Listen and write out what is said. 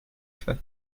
fait